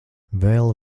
vēl